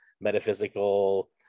metaphysical